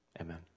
Amen